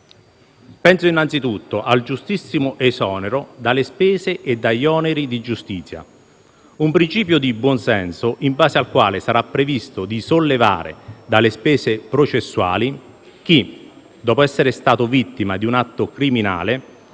Penso innanzitutto al giustissimo esonero dalle spese e dagli oneri di giustizia; un principio di buon senso in base al quale sarà previsto di sollevare dalle spese processuali chi, dopo essere stato vittima di un atto criminale,